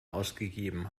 ausgegeben